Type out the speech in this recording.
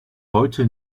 heute